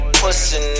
pussy